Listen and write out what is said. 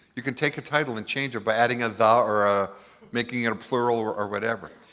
you can take a title and change it by adding a the, or ah making it a plural or whatever.